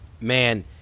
Man